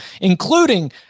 including